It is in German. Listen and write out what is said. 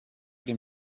dem